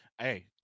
Hey